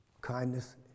kindness